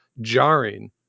jarring